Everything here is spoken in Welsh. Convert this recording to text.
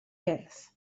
wyrdd